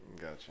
Gotcha